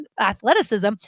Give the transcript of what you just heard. athleticism